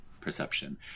perception